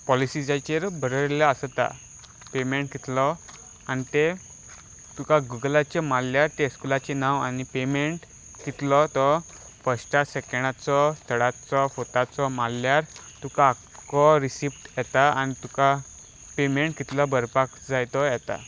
पॉलिसीजाचेर बरयल्लें आसता पेमेंट कितलो आनी ते तुका गुगलाचेर मारल्यार ते स्कुलाचें नांव आनी पेमेंट कितलो तो फस्टा सेकेंडाचो थर्डाचो फोर्थाचो मारल्यार तुका आख्खो रिसिप्ट येता आनी तुका पेमेंट कितलो भरपाक जाय तो येता